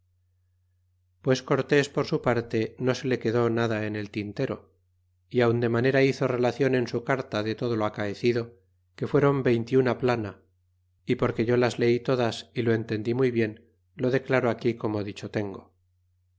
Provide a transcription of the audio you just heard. pues cortés por su parte no se le quedó nada en el tintero y aun de manera hizo relacion en su carta le todo lo acaecido que fueron veinte y una plana e porque yo las leí todas é lo entendí muy bien lo declaro aquí como dicho tengo